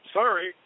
sorry